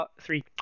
three